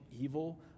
evil